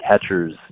catchers